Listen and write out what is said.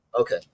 Okay